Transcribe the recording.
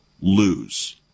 lose